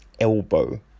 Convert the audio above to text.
elbow